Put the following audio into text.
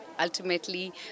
Ultimately